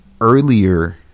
earlier